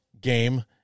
game